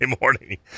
morning